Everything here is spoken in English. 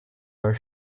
are